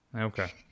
Okay